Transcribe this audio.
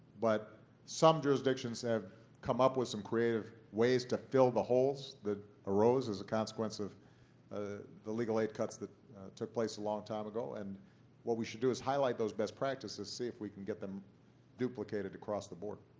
but some jurisdictions have come up with some creative ways to fill the holes that arose as a consequence of ah the legal aid cuts that took place a long time ago. and what we should do is highlight those best practices, see if we can get them duplicated across the board.